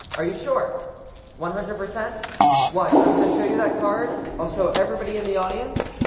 are you sure one hundred percent what i'm gonna show you that card. i'll show everybody in the audience.